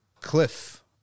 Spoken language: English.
cliff